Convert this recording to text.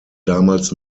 damals